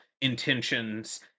intentions